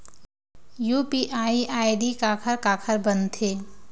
UPI ID काखर काखर बनथे?